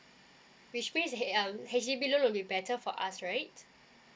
which means H um H_D_B loan will be better for us right